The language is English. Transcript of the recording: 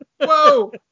whoa